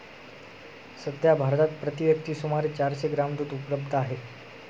सध्या भारतात प्रति व्यक्ती सुमारे चारशे ग्रॅम दूध उपलब्ध आहे